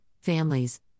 families